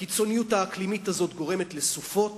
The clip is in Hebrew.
הקיצוניות האקלימית הזו גורמת לסופות,